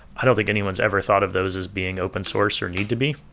i don't think anyone's ever thought of those as being open source or need to be.